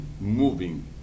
moving